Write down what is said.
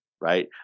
right